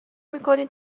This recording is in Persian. میکنید